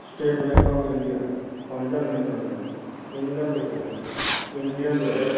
state bank of India Punjab national bank IndusInd bank Indian bank